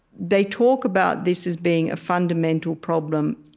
they talk about this as being a fundamental problem